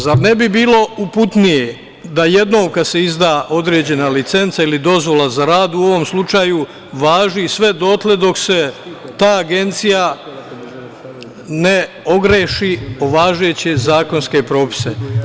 Zar ne bi bilo uputnije da jednom kada se izda određena licenca ili dozvola za rad u ovom slučaju važi sve dotle dok se ta agencija ne ogreši o važeće zakonske propise?